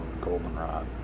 Goldenrod